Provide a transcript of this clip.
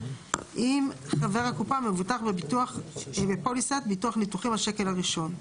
אם חבר הקופה מבוטח בפוליסת ביטוח ניתוחים השקל הראשון.